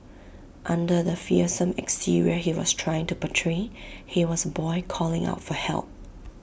under the fearsome exterior he was trying to portray he was A boy calling out for help